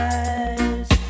eyes